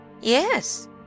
Yes